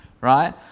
right